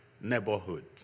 neighborhood